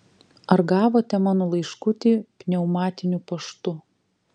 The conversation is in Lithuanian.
ar gavote mano laiškutį pneumatiniu paštu